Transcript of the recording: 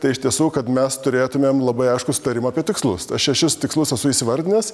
tai iš tiesų kad mes turėtumėm labai aiškų sutarimą apie tikslus šešis tikslus esu įvardinęs